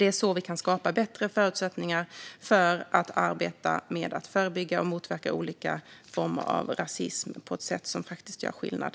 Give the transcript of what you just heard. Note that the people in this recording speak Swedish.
Det är så vi kan skapa bättre förutsättningar för arbetet med att förebygga och motverka olika former av rasism på ett sätt som faktiskt gör skillnad.